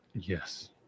Yes